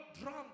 drunk